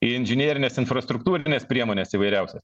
į inžinerines infrastruktūrines priemones įvairiausias